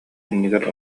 иннигэр